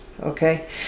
Okay